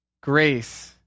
grace